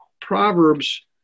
Proverbs